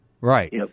right